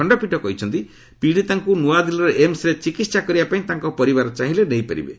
ଖଣ୍ଡପୀଠ କହିଛନ୍ତି ପୀଡ଼ିତାଙ୍କୁ ନ୍ନଆଦିଲ୍ଲୀର ଏମ୍ସ୍ରେ ଚିକିତ୍ସା କରିବାପାଇଁ ତାଙ୍କ ପରିବାର ଚାହିଁଲେ ନେଇପାରିବେ